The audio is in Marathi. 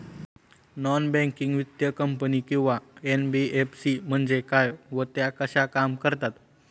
नॉन बँकिंग वित्तीय कंपनी किंवा एन.बी.एफ.सी म्हणजे काय व त्या कशा काम करतात?